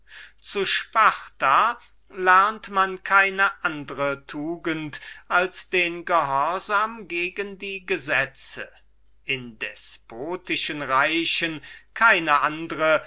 zu sparta kennt man keine andre tugend als den gehorsam gegen die gesetze in despotischen reichen keine andre